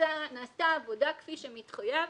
נעשתה עבודה כפי שמתחייב,